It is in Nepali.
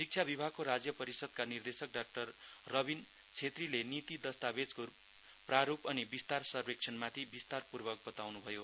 शिक्षा विभागको राज्य परिषद्का निर्देशक डा रबिन छेत्रीले नीति दस्तावेजको प्रारूप अनि विस्तृत सर्वेक्षणमाथि विस्तार पूर्वक बताउनुभयो